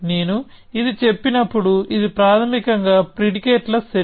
నేను ఇది చెప్పినప్పుడు ఇది ప్రాథమికంగా ప్రిడికేట్ ల సెట్